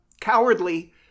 cowardly